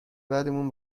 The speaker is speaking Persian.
بعدمون